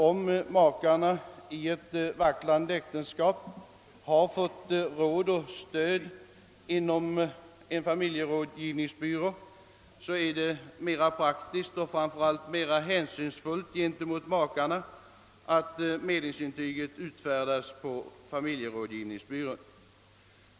Om makarna i ett vacklande äktenskap har fått råd och stöd hos en familjerådgivningsbyrå, är det nämligen mera praktiskt och framför allt mera hänsynsfullt gentemot dem att medlingsintyget utfärdas på familjerådgivningsbyrån.